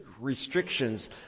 restrictions